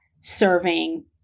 serving